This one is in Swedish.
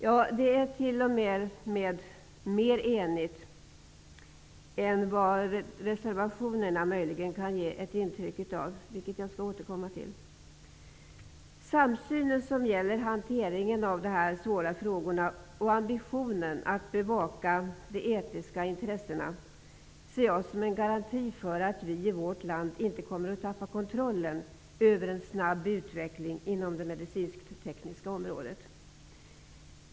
Ja, det är t.o.m. mer enigt än vad reservationerna möjligen kan ge intryck av, vilket jag skall återkomma till. Samsynen som gäller hanteringen av dessa svåra frågor och ambitionen att bevaka de etiska intressena ser jag som en garanti för att vi i vårt land inte kommer att tappa kontrollen över en snabb utveckling inom det medicinsk-tekniska området.